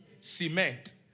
cement